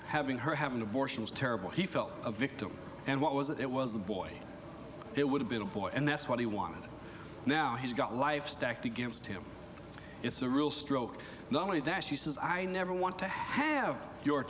having her have an abortion was terrible he felt a victim and what was it was a boy it would have been a boy and that's what he wanted now he's got life stacked against him it's a real stroke not only that she says i never want to have your